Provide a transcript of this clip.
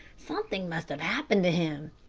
something must have happened to him.